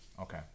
okay